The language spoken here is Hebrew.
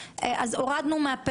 --- סליחה.